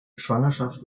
schwangerschaft